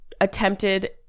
attempted